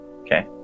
Okay